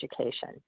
education